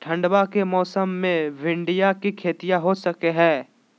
ठंडबा के मौसमा मे भिंडया के खेतीया हो सकये है?